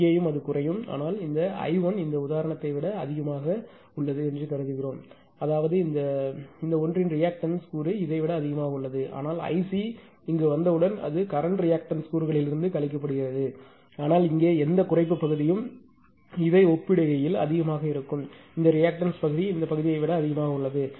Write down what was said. இங்கேயும் அது குறையும் ஆனால் இந்த I1 இந்த உதாரணத்தை விட விட அதிகமாக உள்ளது என்று கருதுவோம் அதாவது இந்த ஒன்றின் ரியாக்டன்ஸ் கூறு இதை விட அதிகமாக உள்ளது ஆனால் இந்த ஐசி இங்கு வந்தவுடன் அது கரண்ட் ரியாக்டன்ஸ் கூறுகளிலிருந்து கழிக்கப்படும் ஆனால் இங்கே எந்த குறைப்பு பகுதியும் இதை ஒப்பிடுகையில் அதிகமாக இருக்கும் இந்த ரியாக்டன்ஸ் பகுதி இந்த பகுதியை விட அதிகமாக உள்ளது